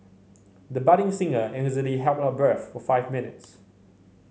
the budding singer easily held her breath for five minutes